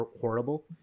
horrible